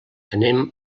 anem